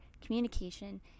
communication